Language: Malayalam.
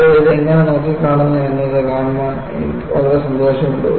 ആളുകൾ ഇത് എങ്ങനെ നോക്കിക്കാണുന്നു എന്നത് കാണാൻ വളരെ സന്തോഷമുണ്ട്